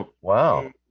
Wow